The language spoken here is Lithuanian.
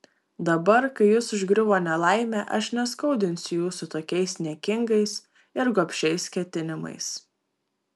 dabar kai jus užgriuvo nelaimė aš neskaudinsiu jūsų tokiais niekingais ir gobšiais ketinimais